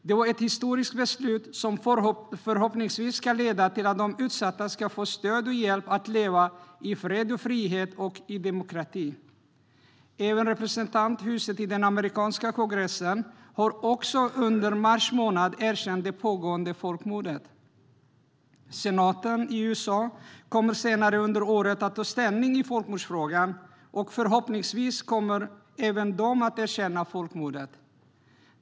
Det var ett historiskt beslut som förhoppningsvis ska leda till att de utsatta ska få stöd och hjälp att leva i fred och frihet och i demokrati. Representanthuset i den amerikanska kongressen har under mars månad också erkänt det pågående folkmordet. Senaten i USA kommer senare under året att ta ställning i folkmordsfrågan och förhoppningsvis kommer även den att erkänna folkmordet.